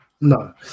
no